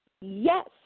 Yes